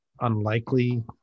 unlikely